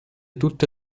tutte